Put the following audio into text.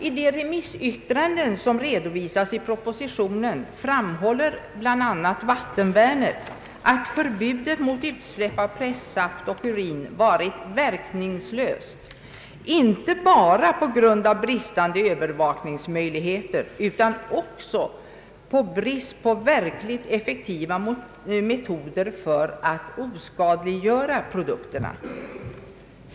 I de remissyttranden som redovisas i propositionen framhåller bl.a. vattenvärnet att förbudet mot utsläpp av pressaft och urin varit verkningslöst inte bara på grund av bristande övervakningsmöjligheter utan också genom brist på verkligt effektiva metoder för att oskadliggöra produkterna.